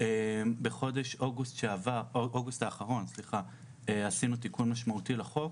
בחודש אוגוסט האחרון עשינו תיקון משמעותי לחוק.